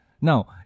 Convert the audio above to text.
Now